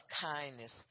kindness